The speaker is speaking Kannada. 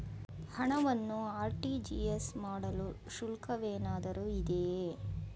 ಹಣವನ್ನು ಆರ್.ಟಿ.ಜಿ.ಎಸ್ ಮಾಡಲು ಶುಲ್ಕವೇನಾದರೂ ಇದೆಯೇ?